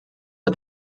der